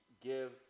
give